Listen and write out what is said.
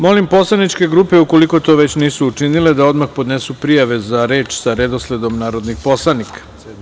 Molim poslaničke grupe ukoliko to već nisu učinile da podnesu prijave za reč sa redosledom narodnih poslanika.